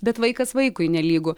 bet vaikas vaikui nelygu